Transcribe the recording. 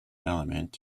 element